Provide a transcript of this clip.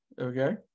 Okay